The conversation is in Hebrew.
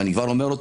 ואני כבר אומר,